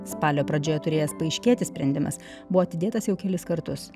spalio pradžioje turėjęs paaiškėti sprendimas buvo atidėtas jau kelis kartus